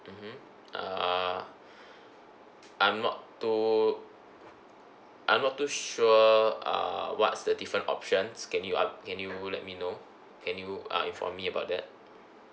mmhmm uh I'm not too I'm not too sure uh what's the different options can you up~ can you let me know can you uh inform me about that